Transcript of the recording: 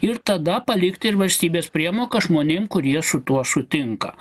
ir tada palikti ir valstybės priemoką žmonėm kurie su tuo sutinka